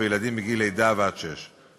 בילדים מגיל לידה ועד שש.